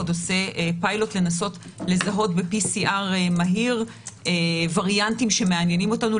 עוד עושה פיילוט לנסות לזהות ב-PCR מהיר וריאנטים שמעניינים אותנו,